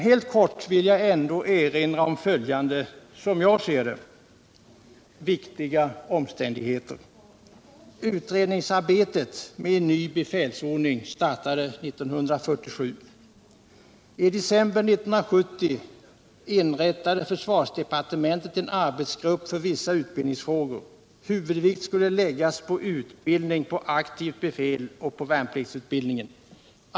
Helt kort vill jag ändå erinra om följande, som jag ser det, viktiga omständigheter. Utredningsarbetet med en ny befälsordning startade 1947. I december 1970 inrättade försvarsdepartementet en arbetsgrupp för vissa utbildningsfrågor. Huvudvikt skulle läggas på utbildning av aktivt befäl och på värnpliktsutbildningen.